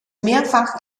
mehrfach